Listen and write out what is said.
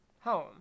home